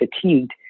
fatigued